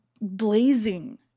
blazing